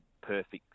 perfect